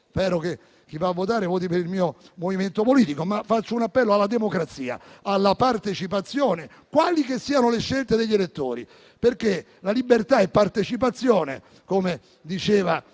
spero che chi va a votare voti per il mio movimento politico, ma faccio un appello alla democrazia e alla partecipazione, quali che siano le scelte degli elettori, perché la libertà è partecipazione, come diceva